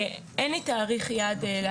אין לי תאריך יעד.